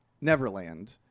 Neverland